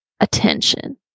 attention